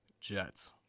Jets